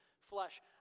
flesh